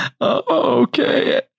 Okay